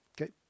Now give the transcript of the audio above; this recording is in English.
Okay